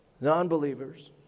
non-believers